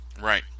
Right